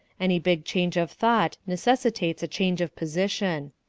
any big change of thought necessitates a change of position.